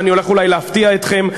ואני הולך אולי להפתיע אתכם: